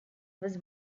was